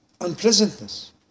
unpleasantness